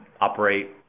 operate